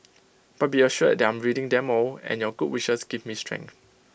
but be assured that I'm reading them all and your good wishes give me strength